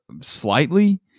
slightly